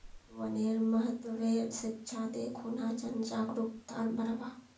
वनेर महत्वेर शिक्षा दे खूना जन जागरूकताक बढ़व्वा